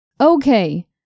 Okay